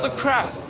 ah crap.